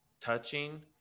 touching